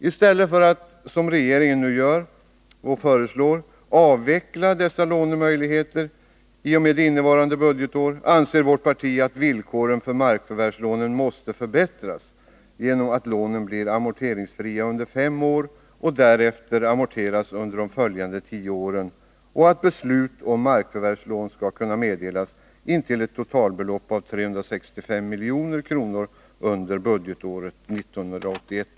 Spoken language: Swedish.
I stället för att, som regeringen nu föreslår, avveckla dessa lånemöjligheter i och med innevarande budgetår — anser vårt parti att villkoren för markförvärvslånen måste förbättras genom att lånen blir amorteringsfria under fem år och därefter amorteras under de följande tio åren och att beslut om markförvärvslån skall kunna meddelas intill ett totalbelopp om 365 milj.kr. under budgetåret 1981/82.